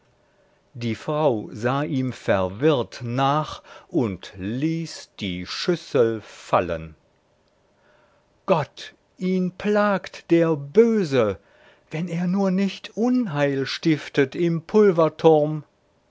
die frau sah ihm verwirrt nach und ließ die schüssel fallen gott ihn plagt der böse wenn er nur nicht unheil stiftet im